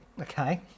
okay